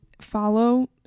follow